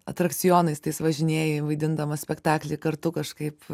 atrakcionais tais važinėji vaidindamas spektakly kartu kažkaip